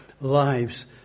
lives